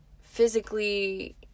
physically